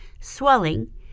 swelling